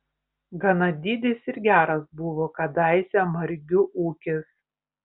gana didis ir geras buvo kadaise margių ūkis